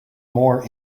more